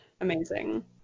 Amazing